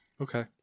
Okay